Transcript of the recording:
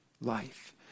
life